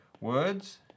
words